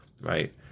right